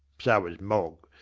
so was mog.